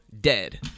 dead